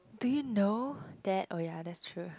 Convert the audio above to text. do you know that oh ya that's true